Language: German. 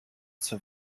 zur